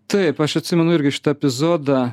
taip aš atsimenu ir epizodą